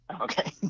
Okay